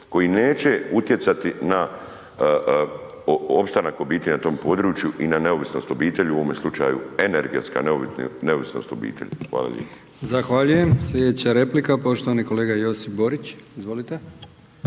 koji neće utjecati na opstanak obitelji na tom području i na neovisnost obitelji u ovom slučaju energetska neovisnost obitelji. Hvala lijepa. **Brkić, Milijan (HDZ)** Zahvaljujem. Sljedeća replika, poštovani kolega Josip Borić. Izvolite.